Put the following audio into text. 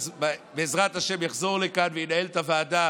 שבעזרת השם יחזור לכאן וינהל את הוועדה